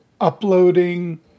uploading